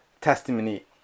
testimony